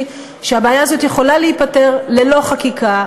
היא שהבעיה הזאת יכולה להיפתר ללא חקיקה,